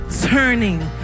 turning